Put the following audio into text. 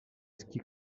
ski